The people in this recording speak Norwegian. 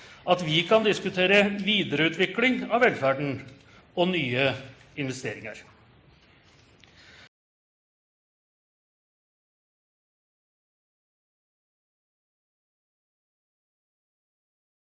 at vi kan diskutere videreutvikling av velferden og nye investeringer.